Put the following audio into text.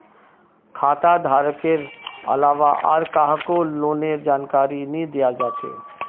खाता धारकेर अलावा आर काहको लोनेर जानकारी नी दियाल जा छे